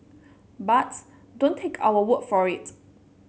but don't take our word for it